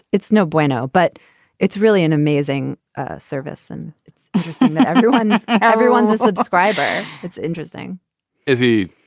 it's no bueno, but it's really an amazing service. and it's interesting that everyone's everyone's a subscriber. it's interesting is he,